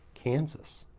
kansas.